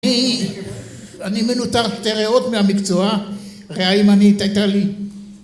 ‫אני מנותח שתי ריאות מהמקצוע, ‫ריאה ימנית היתה לי.